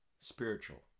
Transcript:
spiritual